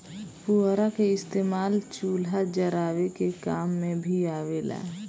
पुअरा के इस्तेमाल चूल्हा जरावे के काम मे भी आवेला